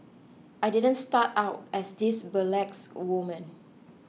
I didn't start out as this burlesque woman